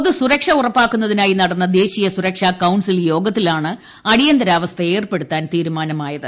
പൊതുസുരക്ഷ ഉറപ്പാക്കുന്നതിനായി നടന്ന ദേശീയ സുരക്ഷാ കൌൺസിൽ യോഗത്തിലാണ് അടിയന്തരാവസ്ഥ ഏർപ്പെടുത്താൻ തീരുമാനമായത്